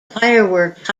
fireworks